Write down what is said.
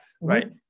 right